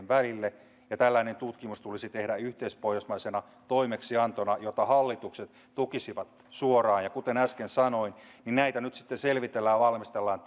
välille tällainen tutkimus tulisi tehdä yhteispohjoismaisena toimeksiantona jota hallitukset tukisivat suoraan ja kuten äsken sanoin näitä selvitellään ja valmistellaan